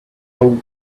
old